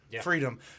Freedom